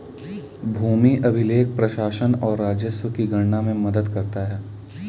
भूमि अभिलेख प्रशासन और राजस्व की गणना में मदद करता है